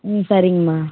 ம் சரிங்கம்மா